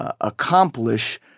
Accomplish